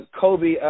Kobe